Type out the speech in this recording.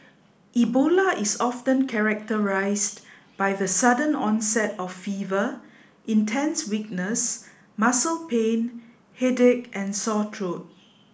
Ebola is often characterised by the sudden onset of fever intense weakness muscle pain headache and sore throat